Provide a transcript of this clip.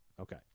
Okay